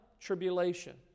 tribulation